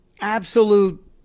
Absolute